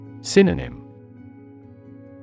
Synonym